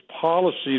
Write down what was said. policies